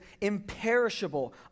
imperishable